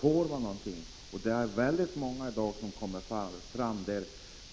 Får de någon ersättning? Det kommer fram flera fall där